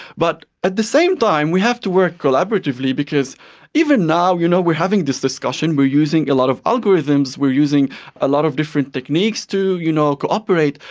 but at the same time we have to work collaboratively collaboratively because even now you know we are having this discussion, we are using a lot of algorithms, we are using a lot of different techniques to you know cooperate,